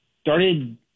started